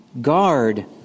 guard